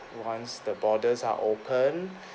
once the borders are open